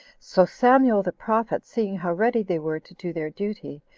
so samuel the prophet, seeing how ready they were to do their duty,